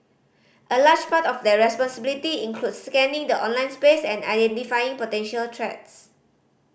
a large part of their responsibility includes scanning the online space and identifying potential threats